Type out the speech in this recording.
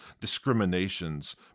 discriminations